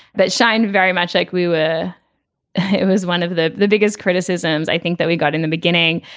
but shine very much like we were it was one of the the biggest criticisms i think that we got in the beginning.